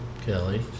Kelly